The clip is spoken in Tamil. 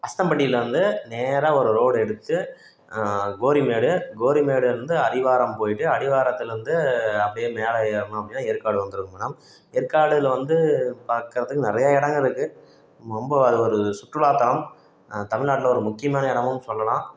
அஸ்தம்பட்டியிலந்து நேராக ஒரு ரோடு எடுத்து கோரிமேடு கோரிமேடில்ருந்து அடிவாரம் போயிவிட்டு அடிவாரத்தில்ருந்து அப்படியே மேலே ஏறினோம் அப்படின்னா எற்காடு வந்துருங்க மேடம் எற்காடில் வந்து பார்க்கறத்துக்கு நிறையா இடங்கள் இருக்கு ரொம்ப அது ஒரு சுற்றுலாத்தலம் தமிழ்நாட்டில் ஒரு முக்கியமான இடமும் சொல்லலாம்